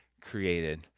created